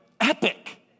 epic